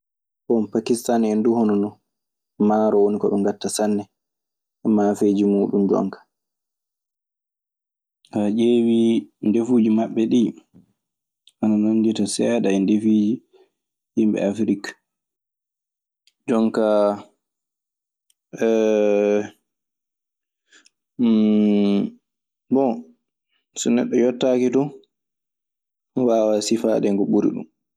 Bon, pakistan en duu hono non. Maaro woni ko ɓe ngaɗta sanne, e maafeeji muuɗun jonkaa. So a ƴeewii ndefuuji maɓɓe ɗii, ana nandita seeɗa e ndefuuji yimɓe Afrik. Jonnka bon, so neɗɗo yottaaki ton, waawa sifaade hen ko ɓuri ɗun.